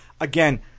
Again